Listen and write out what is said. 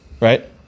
right